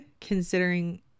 considering